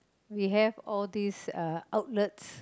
we have all these ah outlets